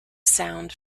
sound